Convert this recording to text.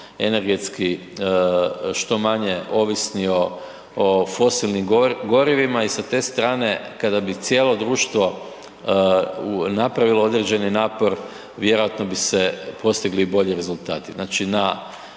energetski što manje ovisni o, o fosilnim gorivima i sa te strane kada bi cijelo društvo napravilo određeni napor vjerojatno bi se postigli i bolji rezultati.